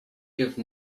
give